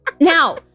Now